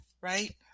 right